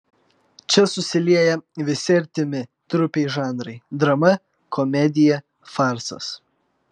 čia susilieja visi artimi trupei žanrai drama komedija farsas